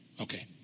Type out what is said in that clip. Okay